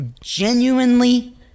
genuinely